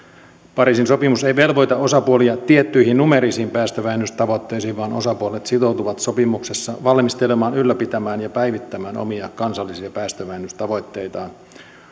pariisin sopimus ei velvoita osapuolia tiettyihin numeerisiin päästövähennystavoitteisiin vaan osapuolet sitoutuvat sopimuksessa valmistelemaan ylläpitämään ja päivittämään omia kansallisia päästövähennystavoitteitaan